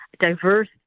diverse